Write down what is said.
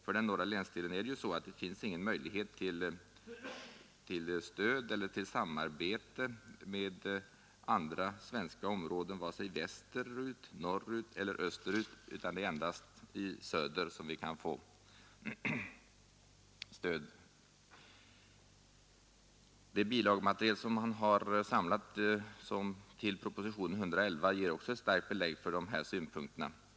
För den norra länsdelen finns det ju ingen möjlighet till stöd eller samarbete med andra svenska områden vare sig västerut, norrut eller österut, utan det är endast i söder som vi kan få stöd. Det bilagematerial som samlats till propositionen 111 ger också ett starkt belägg för de här synpunkterna.